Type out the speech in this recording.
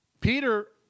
Peter